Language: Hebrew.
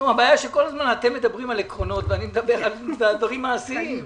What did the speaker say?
הבעיה שכל הזמן אתם מדברים על קרונות ואני מדבר על דברים מעשיים.